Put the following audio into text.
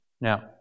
Now